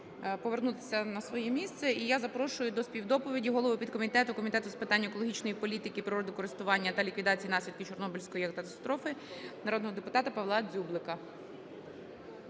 повернутися на своє місце. І я запрошую до співдоповіді голову підкомітету Комітету з питань екологічної політики, природокористування та ліквідації наслідків Чорнобильської катастрофи народного депутата Павла Дзюблика.